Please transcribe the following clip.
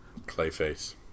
Clayface